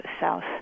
South